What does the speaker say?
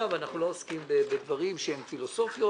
ואנחנו לא עוסקים בדברים שהם פילוסופיות